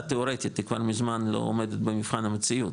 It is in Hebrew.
תאורטית היא כבר מזמן לא עומדת במבחן המציאות,